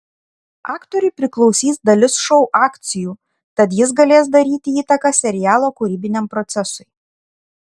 aktoriui priklausys dalis šou akcijų tad jis galės daryti įtaką serialo kūrybiniam procesui